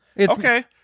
Okay